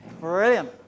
Brilliant